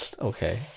okay